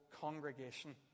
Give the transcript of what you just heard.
congregation